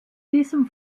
diesem